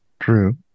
True